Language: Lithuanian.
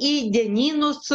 į dienynus